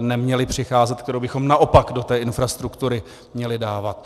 neměli přicházet, kterou bychom naopak do té infrastruktury měli dávat.